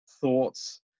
thoughts